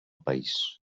país